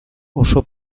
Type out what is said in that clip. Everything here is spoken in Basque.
oso